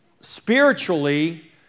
spiritually